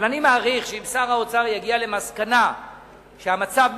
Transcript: שאם שר האוצר יגיע למסקנה שהמצב מתייצב,